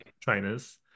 trainers